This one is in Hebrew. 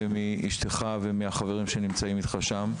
מאשתך ומהחברים שנמצאים איתך שם,